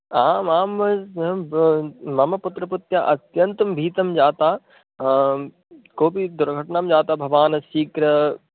आमां मम पुत्रपुत्र्य अत्यन्तं भीतं जाताः कोपि दुर्घटनां जाता भवान् शीघ्रम्